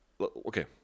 Okay